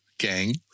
gang